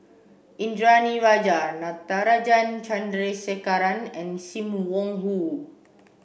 Indranee Rajah Natarajan Chandrasekaran and Sim Wong Hoo